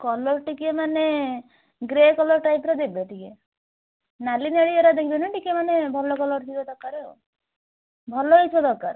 colour ଟିକେ ମାନେ grey colour ଟାଇପ୍ର ଦେବେ ଟିକେ ନାଲି ନେଳି ଏରା ଦେବେନି ଟିକେ ମାନେ ଭଲ କଲର୍ ଥିବା ଦରକାର ଆଉ ଭଲ ହେଇଥିବା ଦରକାର